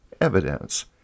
evidence